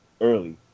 Early